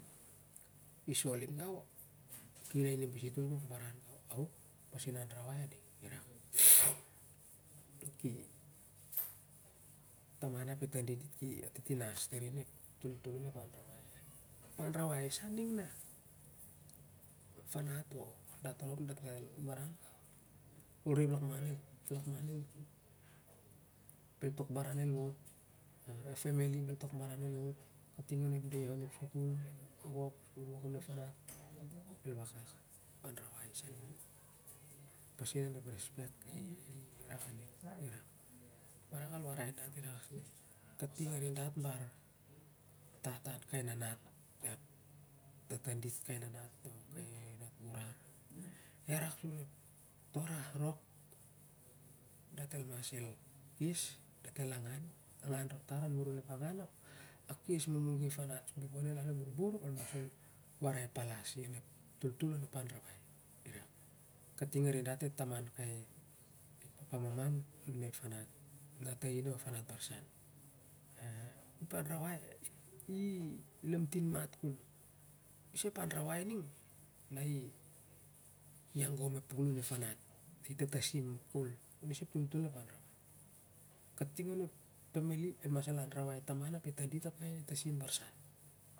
I sol it gan ki lainim pas itol kok baran ao pasin anrawai a ding irak, taman ap eh tandit dra ki atitinas tar i onep toltol onep anrawai, ep anrawai gah ning nah ep fanat oh dat rop dat el re eplakman ning bel tok baran el wat ningan kai femili bel tok baran el wot ting onep sukul anun ap it gat ep anrawai pasin onep respect irak ka ning a rak al warai dat i rak seh kai nanat kai tandit ep fanat to rah rop da el mas kes dat el angan muru a ep angan dat el akes nungnung ep fanat bifo sel an el borbor dat el mas warai talas i onep anrawai kating arin dat kai taman kai papa mama nun ep fanat, fanat ain aro ep fanat barsan ip anrawai i lamtin mat kol ip anrawai ning i agom ep puklun ep fanat i tatasim kol onep pasin onep anrawai kating one femili el mas anrawai eh tandit ap eh taman ep kai tatasin barsan.